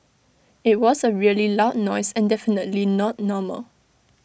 IT was A really loud noise and definitely not normal